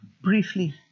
briefly